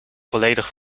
volledig